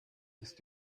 ist